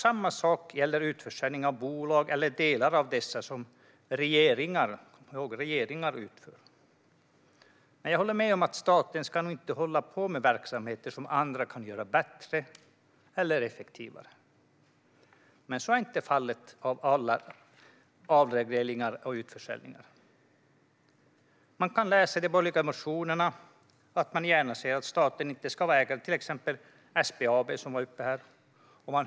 Samma sak gäller utförsäljning av bolag eller delar av dessa som regeringen utför. Jag håller med om att staten inte ska hålla på med verksamheter som andra kan göra bättre eller effektivare. Men så är inte fallet med alla avregleringar och utförsäljningar. Man kan läsa i de borgerliga motionerna att de gärna ser att staten inte ska vara ägare till exempelvis SBAB, som var uppe här i debatten.